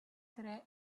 tre